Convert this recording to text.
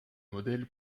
modèle